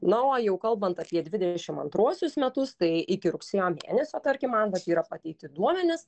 na o jau kalbant apie dvidešim antruosius metus tai iki rugsėjo mėnesio tarkim man vat yra pateikti duomenys